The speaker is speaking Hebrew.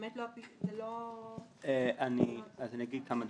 אני אגיד כמה דברים.